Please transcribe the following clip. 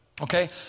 Okay